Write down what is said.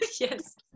yes